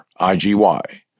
IGY